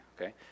okay